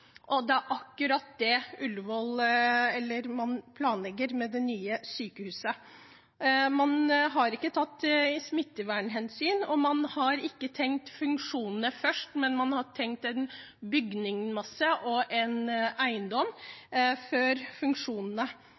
Det er akkurat det man planlegger med det nye sykehuset. Man har ikke tatt smittevernhensyn, man har ikke tenkt funksjonene først, men man har tenkt en bygningsmasse og en eiendom før funksjonene.